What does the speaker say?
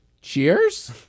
Cheers